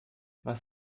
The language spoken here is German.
was